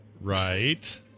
right